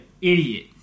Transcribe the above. idiot